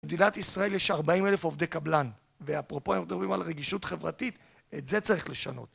במדינת ישראל יש 40 אלף עובדי קבלן ואפרופו אנחנו מדברים על רגישות חברתית את זה צריך לשנות